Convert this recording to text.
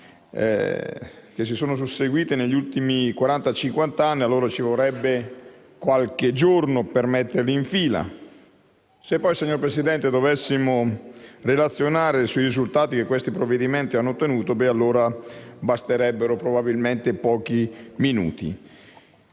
si sono susseguiti negli ultimi quaranta-cinquanta anni allora ci vorrebbe qualche giorno per metterli in fila. Se poi, signor Presidente, dovessimo relazionare sui risultati che tali provvedimenti hanno ottenuto, allora basterebbero probabilmente pochi minuti.